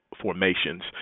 Formations